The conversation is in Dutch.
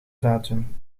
datum